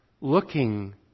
looking